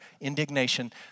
indignation